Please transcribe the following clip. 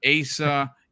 Asa